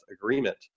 agreement